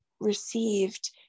received